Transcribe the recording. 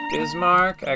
Bismarck